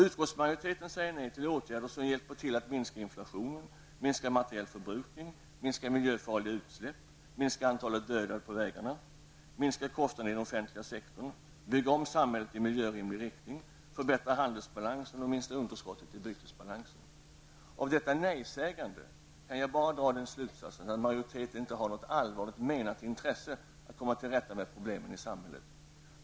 Utskottsmajoriten säger nej till åtgärder som hjälper till att minska inflationen, minska materiell förbrukning, minska miljöfarliga utsläpp, minska antalet dödade på vägarna, minska kostnaderna i den offentliga sektorn, bygga om samhället i miljörimlig riktning, förbättra handelsbalansen och minska underskottet i bytesbalansen. Av detta nejsägande kan jag bara dra den slutsatsen att majoriteten inte har något allvarligt menat intresse att komma till rätta med problemen i samhället.